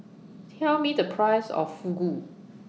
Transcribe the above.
Tell Me The Price of Fugu